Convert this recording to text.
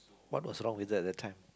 what's was wrong with that that time